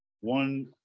one